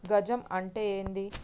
గజం అంటే ఏంది?